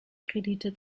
kredite